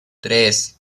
tres